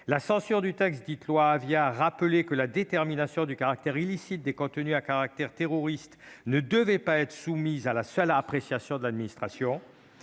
La censure de la loi Avia rappelait que la détermination du caractère illicite des contenus à caractère terroriste ne devait pas être soumise à la seule appréciation de l'administration.